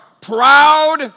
proud